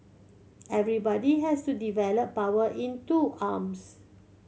everybody has to develop power in two arms